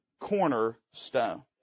cornerstone